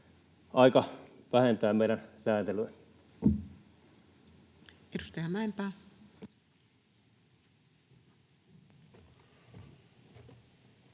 aika vähentää meidän sääntelyä.